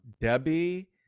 Debbie